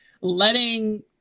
letting